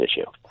issue